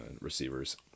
receivers